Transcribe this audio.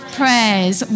prayers